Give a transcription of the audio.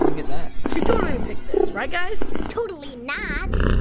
get that. she'd totally pick this, right guys? totally not.